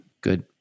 good